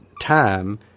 time